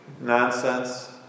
nonsense